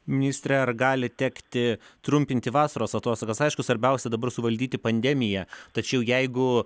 ministre ar gali tekti trumpinti vasaros atostogas aišku svarbiausia dabar suvaldyti pandemiją tačiau jeigu